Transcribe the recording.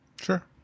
Sure